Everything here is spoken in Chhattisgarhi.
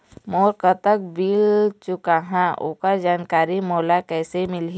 मोर कतक बिल चुकाहां ओकर जानकारी मोला कैसे मिलही?